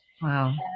wow